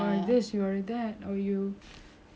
as people like to say you know I mean